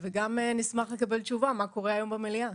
וגם נשמח לקבל תשובה מה קורה היום במליאה.